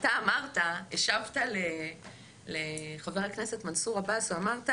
אתה השבת לחבר הכנסת מנסור עבאס ואמרת